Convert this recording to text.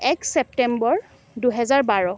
এক ছেপ্তেম্বৰ দুহেজাৰ বাৰ